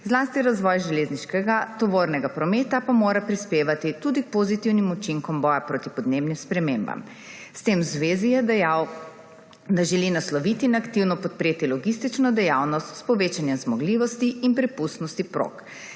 zlasti razvoj železniškega tovornega prometa pa mora prispevati tudi k pozitivnim učinkom boja proti podnebnim spremembam. V zvezi s tem je dejal, da želi nasloviti in aktivno podpreti logistično dejavnost s povečanjem zmogljivosti in prepustnosti prog.